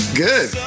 good